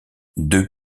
deux